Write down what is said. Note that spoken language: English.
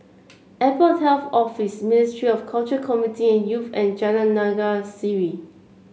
Airport Health Office Ministry of Culture Community and Youth and Jalan Naga Sari